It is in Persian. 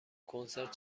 کنسرت